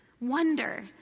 wonder